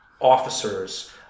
officers